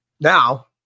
Now